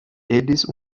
ellis